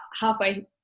halfway